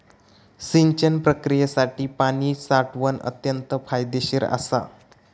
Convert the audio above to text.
सिंचन प्रक्रियेसाठी पाणी साठवण अत्यंत फायदेशीर असा